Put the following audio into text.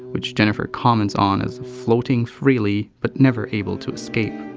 which jennifer comments on as floating freely but never able to escape.